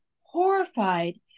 horrified